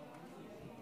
אדוני היושב-ראש,